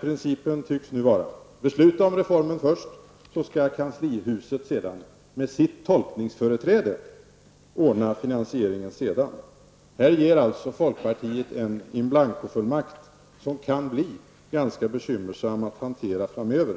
Principen tycks vara: Besluta om reformen först så skall kanslihuset med sitt tolkningsföreträde ordna finansieringen senare. Här ger folkpartiet en in blanco-fullmakt som kan bli ganska bekymmersam att hantera framöver.